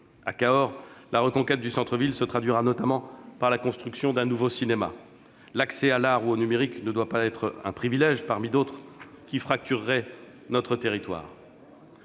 À Cahors, la reconquête du centre-ville se traduira notamment par la construction d'un nouveau cinéma. L'accès à l'art ou au numérique ne doit pas être un privilège, parmi d'autres, qui fracturerait notre territoire.